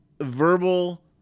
verbal